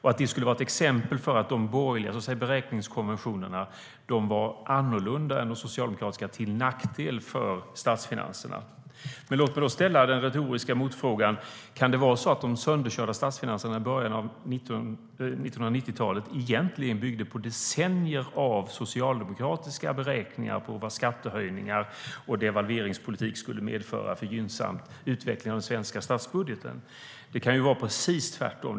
Det skulle vara ett exempel på att de borgerliga beräkningskonventionerna var annorlunda än de socialdemokratiska, till nackdel för statsfinanserna. Men låt mig då ställa den retoriska motfrågan: Kan det vara så att de sönderkörda statsfinanserna i början av 1990-talet egentligen byggde på decennier av socialdemokratiska beräkningar av vad skattehöjningar och devalveringspolitik skulle medföra i fråga om en gynnsam utveckling av den svenska statsbudgeten? Det kan ju vara precis tvärtom.